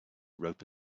rope